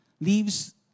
leaves